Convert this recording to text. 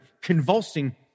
convulsing